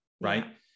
right